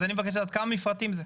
אז אני מבקש לדעת כמה מפרטים זה.